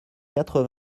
quatre